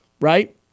right